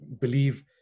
believe